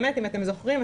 אם אתם זוכרים,